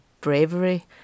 bravery